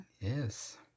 Yes